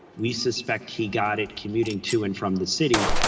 we suspect he got it commuting to and from the city.